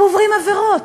הם עוברים עבירות.